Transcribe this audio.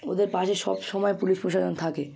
ওদের পাশে সব সময় পুলিশ প্রশাসন থাকে